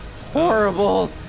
horrible